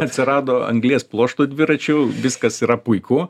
atsirado anglies pluošto dviračių viskas yra puiku